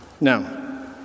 Now